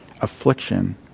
affliction